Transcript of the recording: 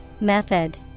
Method